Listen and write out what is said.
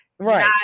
Right